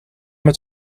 met